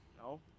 no